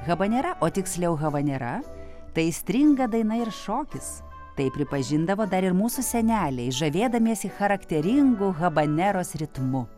habanera o tiksliau havanera tai aistringa daina ir šokis tai pripažindavo dar ir mūsų seneliai žavėdamiesi charakteringu habaneros ritmu